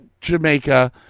Jamaica